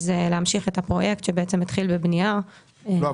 זה להמשיך את הפרויקט שבעצם התחיל בבנייה --- לא,